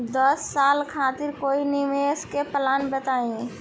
दस साल खातिर कोई निवेश के प्लान बताई?